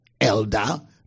elder